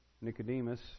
Nicodemus